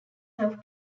have